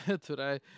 Today